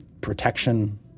protection